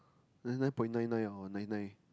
ninety nine point nine nine or nine nine